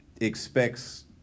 expects